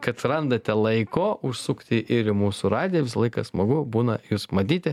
kad randate laiko užsukti ir į mūsų radiją visą laiką smagu būna jus matyti